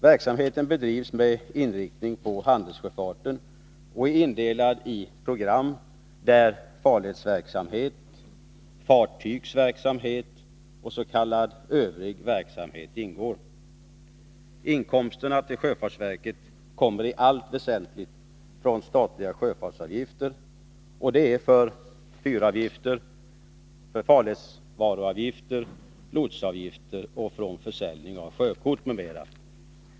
Verksamheten bedrivs med inriktning på handelssjöfarten och är indelad i program där farledsverksamhet, fartygsverksamhet och s.k. övrig verksamhet ingår. Inkomsterna till sjöfartsverket kommer i allt väsentligt från statliga sjöfartsavgifter, och det är fyravgifter, farledsvaruavgifter, lotsavgifter och försäljning av sjökort m.m.